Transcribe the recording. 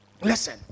Listen